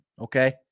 okay